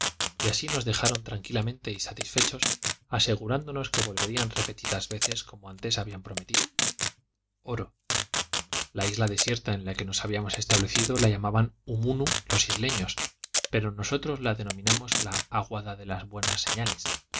y así nos dejaron tranquilamente y satisfechos aseg urándonos que volverían repetidas veces como antes habían prometido oro la isla desierta en la que nos habíamos establecido la llamaban humunu los isleños pero nosotros la denominamos la aguada de las buenas señales